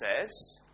says